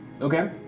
Okay